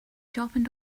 sharpened